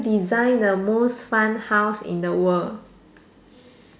design the most fun house in the world